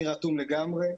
אני רתום לגמרי.